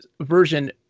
version